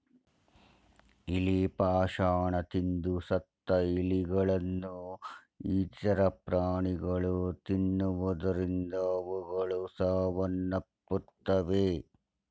ಇಲಿ ಪಾಷಾಣ ತಿಂದು ಸತ್ತ ಇಲಿಗಳನ್ನು ಇತರ ಪ್ರಾಣಿಗಳು ತಿನ್ನುವುದರಿಂದ ಅವುಗಳು ಸಾವನ್ನಪ್ಪುತ್ತವೆ